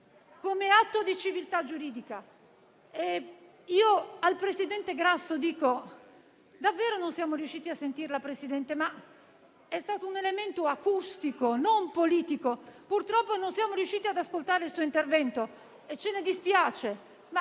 come atto di civiltà giuridica. Al presidente Grasso dico che davvero non siamo riusciti a sentirlo, ma è stato un elemento acustico, non politico. Purtroppo non siamo riusciti ad ascoltare il suo intervento e ci dispiace,